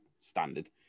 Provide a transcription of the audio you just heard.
standard